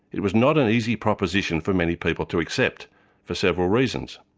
it was not an easy proposition for many people to accept for several reasons.